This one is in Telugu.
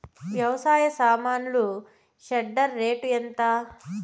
వ్యవసాయ సామాన్లు షెడ్డర్ రేటు ఎంత?